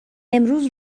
امروز